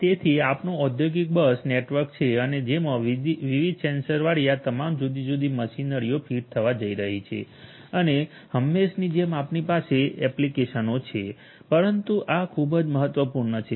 તેથી આ આપણું ઔદ્યોગિક બસ નેટવર્ક છે અને જેમાં વિવિધ સેન્સરવાળી આ તમામ જુદી જુદી મશીનરીઓ ફીટ થવા જઈ રહી છે અને હંમેશાની જેમ આપણી પાસે આ એપ્લિકેશનો છે પરંતુ આ ખૂબ જ મહત્વપૂર્ણ છે